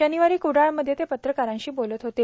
शनिवारी कुडाळमध्ये ते पत्रकारांशी बोलत होते